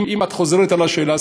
אם את חוזרת על השאלה,